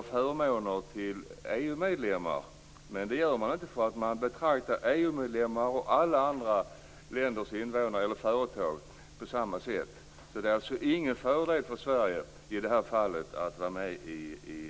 inga förmåner till EU medlemmar. Man betraktar nämligen EU-medlemmar och alla andra länders invånare/företag på samma sätt, så det är ingen fördel för Sverige i det här fallet att vara med i EU.